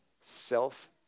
self